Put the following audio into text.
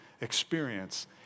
Experience